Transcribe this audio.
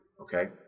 Okay